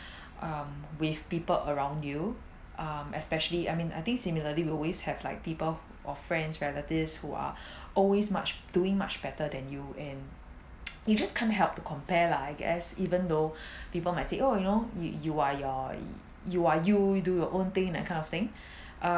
um with people around you um especially I mean I think similarly we always have like people or friends relatives who are always much doing much better than you and you just can't help to compare lah I guess even though people might say oh you know you you are your y~ you are you do your own thing that kind of thing uh